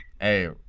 Hey